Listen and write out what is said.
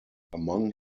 among